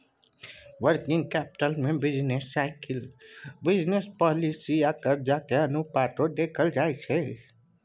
working capital में business cycle, business policy आ कर्जा के अनुपातो देखल जाइ छइ